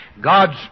God's